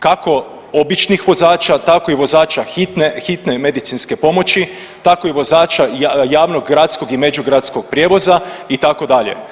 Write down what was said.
Kako običnih vozača tako i vozača hitne, hitne medicinske pomoći, tako i vozača javnog gradskog i međugradskog prijevoza itd.